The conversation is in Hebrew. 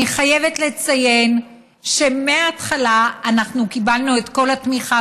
אני חייבת לציין שמההתחלה קיבלנו את כל התמיכה